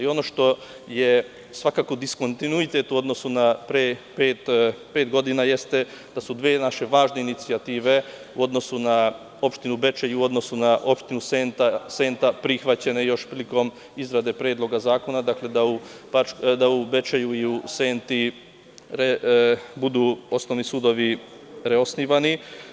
Ono što je svakako diskontinuitet u odnosu na pre pet godina jeste da su dve naše važne inicijative u odnosuna opštinu Bečej i u odnosu na opštinu Senta prihvaćene još prilikom izrade predloga zakona, da u Bečeju i u Senti budu osnovni sudovi reosnivani.